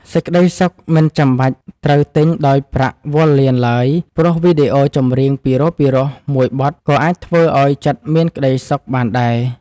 សេចក្តីសុខមិនចាំបាច់ត្រូវទិញដោយប្រាក់វាល់លានឡើយព្រោះវីដេអូចម្រៀងពីរោះៗមួយបទក៏អាចធ្វើឱ្យចិត្តមានក្ដីសុខបានដែរ។